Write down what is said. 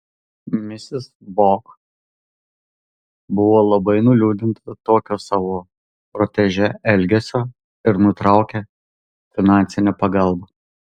misis bok buvo labai nuliūdinta tokio savo protežė elgesio ir nutraukė finansinę pagalbą